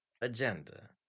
agenda